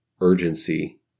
urgency